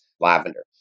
lavender